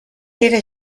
era